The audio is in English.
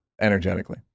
Energetically